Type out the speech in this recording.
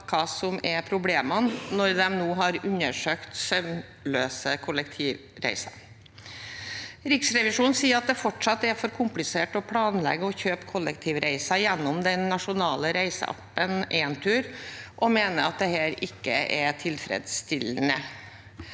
hva som er problemene, når de nå har undersøkt sømløse kollektivreiser. Riksrevisjonen sier at det fortsatt er for komplisert å planlegge og kjøpe kollektivreiser gjennom den nasjonale reiseappen Entur, og de mener at dette ikke er tilfredsstillende.